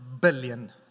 billion